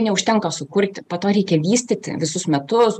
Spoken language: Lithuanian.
neužtenka sukurti po to reikia vystyti visus metus